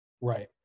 Right